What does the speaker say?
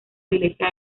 iglesia